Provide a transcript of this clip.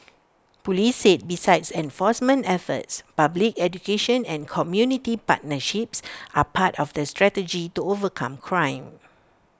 Police said besides enforcement efforts public education and community partnerships are part of the strategy to overcome crime